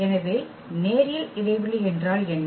எனவே நேரியல் இடைவெளி என்றால் என்ன